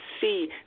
see